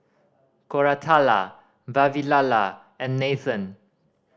Koratala Vavilala and Nathan